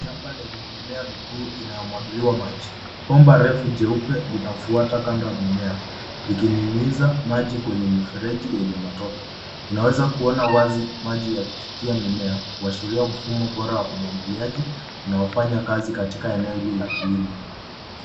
Shamba lenye mimea mikuu inamwagiliwa maji. Bomba refu jeupe linafuata kando ya mimea likinyunyuza maji kwenye mifereji yenye matope. Unaweza kuona wazi maji yakifikia mimea kuashiria mfumo bora wa umwagiliaji unaofanya kazi katika eneo hili la kilimo.